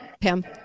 Pam